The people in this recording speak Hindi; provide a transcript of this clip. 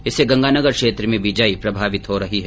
इससे गंगानगर क्षेत्र में बिजाई प्रमावित हो रही है